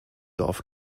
dorf